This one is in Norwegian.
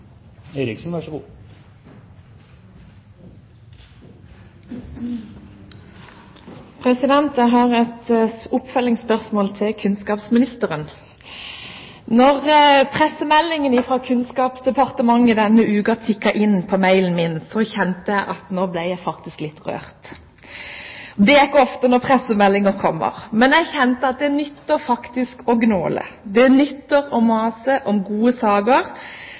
Kunnskapsdepartementet denne uken tikket inn på mailen min, kjente jeg at jeg faktisk ble litt rørt. Det skjer ikke ofte når pressemeldinger kommer. Men jeg kjente at det faktisk nytter å gnåle. Det nytter å mase om gode saker,